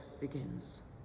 begins